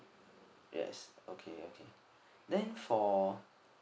yes okay okay then for